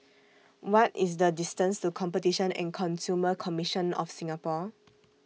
What IS The distance to Competition and Consumer Commission of Singapore